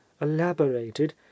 elaborated